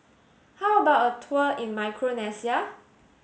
how about a tour in Micronesia